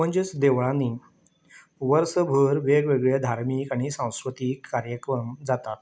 म्हणजेच देवळांनी वर्सभर वेगवेगळे धार्मीक आनी संस्कृतीक कार्यक्रम जातात